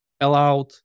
allowed